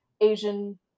Asian